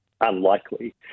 unlikely